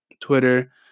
Twitter